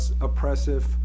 oppressive